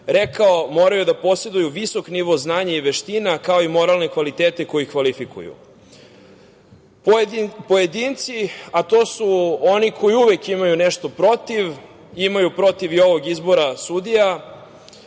rekao, moraju da poseduju visok nivo znanja i veština kao i moralne kvalitete koji ih kvalifikuju. Pojedinci, a to su oni koji uvek imaju nešto protiv, imaju i protiv ovog izbora sudija,